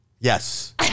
yes